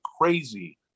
crazy